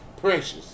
precious